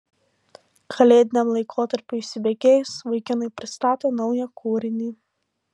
kalėdiniam laikotarpiui įsibėgėjus vaikinai pristato naują kūrinį